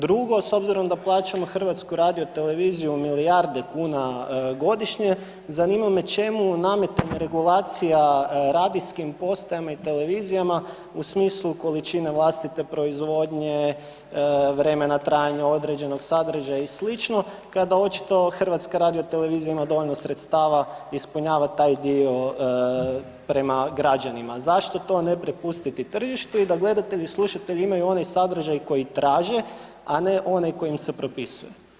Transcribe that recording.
Drugo, s obzirom da plaćamo HRT milijarde kuna godišnje zanima me čemu nametanje regulacija radijskim postajama i televizijama u smislu količine vlastite proizvodnje, vremena trajanja određenog sadržaja i slično kada očito HRT ima dovoljno sredstava i ispunjava taj dio prema građanima, zašto to ne prepustiti tržištu i da gledatelji i slušatelji imaju onaj sadržaj koji traže, a ne onaj koji im se propisuje?